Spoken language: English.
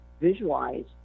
visualize